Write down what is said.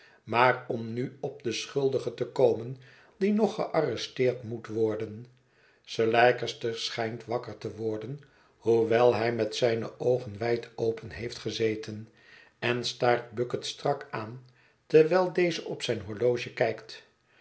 maar om nu op de schuldige te komen die nog gearresteerd moet worden sir leicester schijnt wakker te worden hoewel hij met zijne oogen wijd open heeft gezeten en staart bucket strak aan terwijl deze op zijn horloge kijkt